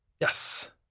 yes